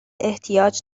احتیاج